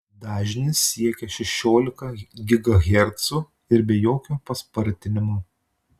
dažnis siekia šešiolika gigahercų ir be jokio paspartinimo